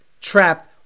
trapped